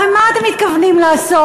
הרי מה אתם מתכוונים לעשות?